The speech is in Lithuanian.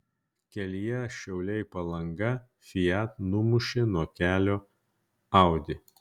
kelyje šiauliai palanga fiat numušė nuo kelio audi